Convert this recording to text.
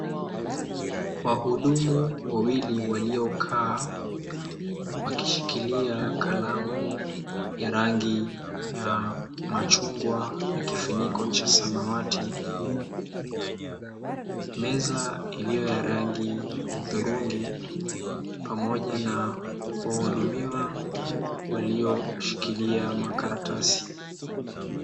Wahudumu wawili waliokaa wakishikilia kalamu ya rangi ya machungwa na kifuniko cha samawati. Meza iliyo ya rangi ya hudhurungi pamoja na wahudumiwa walioshikilia makaratasi.